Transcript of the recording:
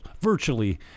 virtually